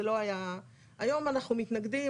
היום אנחנו מתנגדים,